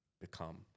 become